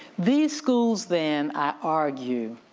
these schools then i argue,